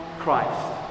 Christ